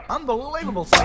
Unbelievable